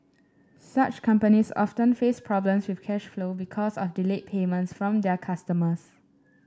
such companies often face problems with cash flow because of delayed payments from their customers